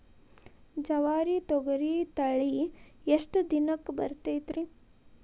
ಜವಾರಿ ತೊಗರಿ ತಳಿ ಎಷ್ಟ ದಿನಕ್ಕ ಬರತೈತ್ರಿ?